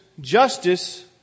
Justice